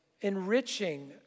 enriching